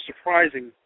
surprising